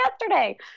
yesterday